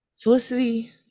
Felicity